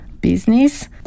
business